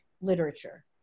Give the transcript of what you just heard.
literature